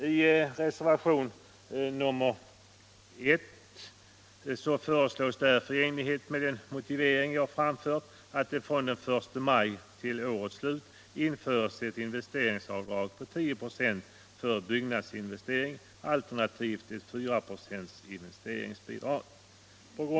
I reservationen 1 föreslås i enlighet med den motivering jag framfört att det från den 1 maj till årets slut införs ett investeringsavdrag på 10 96 för byggnadsinvestering, alternativt ett 4-procentigt investeringsbidrag.